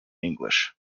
english